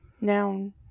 Noun